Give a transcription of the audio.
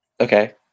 Okay